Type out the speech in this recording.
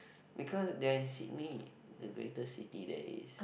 because you're in Sydney the greatest city there is